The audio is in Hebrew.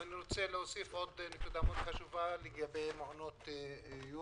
אבל אני רוצה להוסיף עוד נקודה מאוד חשובה לגבי מעונות יום.